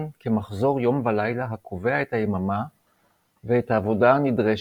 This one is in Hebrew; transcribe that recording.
כמחזור יום ולילה הקובע את היממה ואת העבודה הנדרשת,